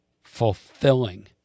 fulfilling